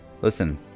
Listen